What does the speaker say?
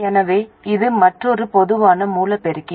எனவே இது மற்றொரு பொதுவான மூல பெருக்கி